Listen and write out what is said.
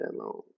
alone